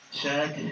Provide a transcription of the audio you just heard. check